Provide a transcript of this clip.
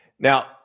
Now